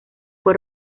fue